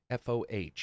FOH